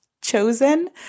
chosen